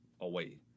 away